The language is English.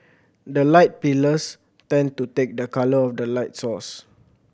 the light pillars tend to take the colour of the light source